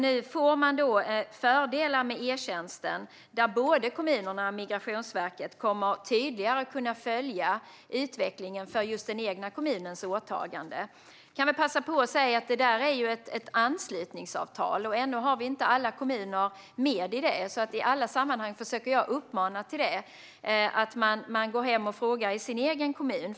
Nu får man fördelar med e-tjänsten, där både kommunerna och Migrationsverket tydligare kommer att kunna följa utvecklingen för just den egna kommunens åtaganden. Jag kan passa på att säga att detta är ett anslutningsavtal, och ännu har vi inte alla kommuner med i detta. I alla sammanhang försöker jag därför att uppmana till att man går hem och frågar i sin egen kommun.